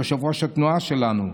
יושב-ראש התנועה שלנו,